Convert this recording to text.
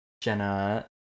Jenna